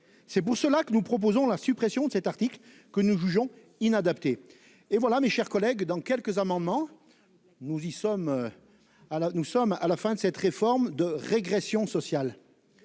C'est pour cela que nous proposons la suppression de cet article que nous jugeons inadapté et voilà, mes chers collègues dans quelques amendements. Nous y sommes. Ah, là nous sommes à la fin de cette réforme de régression sociale.